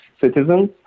citizens